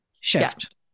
shift